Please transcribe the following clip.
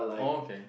okay